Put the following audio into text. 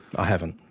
i haven't,